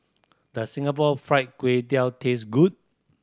does Singapore Fried Kway Tiao taste good